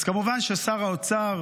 אז כמובן ששר האוצר